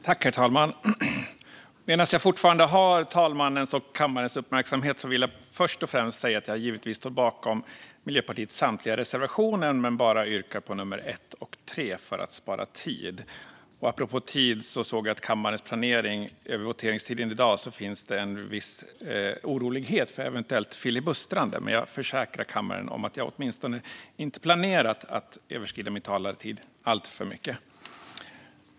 Herr talman! Medan jag fortfarande har talmannens och kammarens uppmärksamhet vill jag först och främst säga att jag givetvis står bakom Miljöpartiets samtliga reservationer men att jag yrkar bifall bara till nummer 1 och 3 för att spara tid. Apropå tid såg jag i kammarens planering av voteringstiden i dag att det finns en viss oro för eventuellt filibustrande, men jag försäkrar kammaren att jag åtminstone inte planerat att överskrida min talartid alltför mycket.